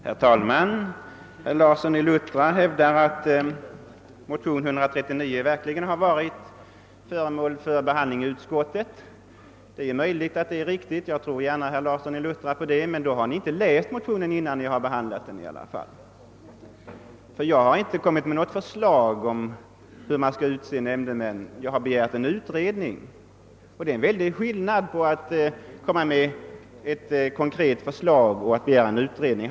Herr talman! Herr Larsson i Luttra hävdar att motionen 1II:139 verkligen varit föremål för behandling i utskottet. Det är möjligt, och jag tror gärna herr Larsson i Luttra när han säger att så varit fallet. Men då har ni inte läst motionen före behandlingen. Jag har inte kommit med något förslag om hur man skall utse nämndemän utan endast begärt en utredning. Det är stor skillnad på att komma med ett konkret förslag och att begära en utredning.